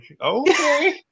okay